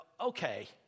okay